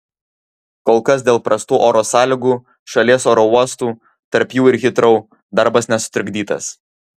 kol kas dėl prastų oro sąlygų šalies oro uostų tarp jų ir hitrou darbas nesutrikdytas